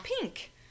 pink